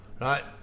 Right